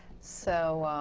so,